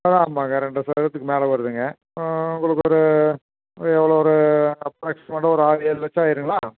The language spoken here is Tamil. அதான் ஆமாம்ங்க ரெண்டு சதுரத்துக்கு மேலே வருதுங்க உங்களுக்கு ஒரு எவ்வளோ ஒரு அப்ராக்சிமேட்டாக ஒரு ஆறு ஏழு லட்சம் ஆயிடுங்களா